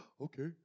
Okay